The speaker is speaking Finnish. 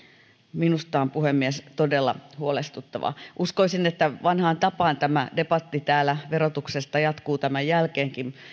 minusta on puhemies todella huolestuttavaa uskoisin että vanhaan tapaan täällä tämä debatti verotuksesta jatkuu tämän jälkeenkin